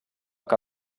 que